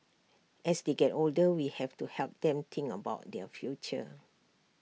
as they get older we have to help them think about their future